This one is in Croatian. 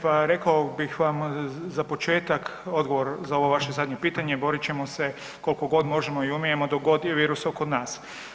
Pa rekao bih vam za početak odgovor za ovo zadnje pitanje, borit ćemo se kolko god možemo i umijemo dok god je virus oko nas.